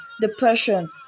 depression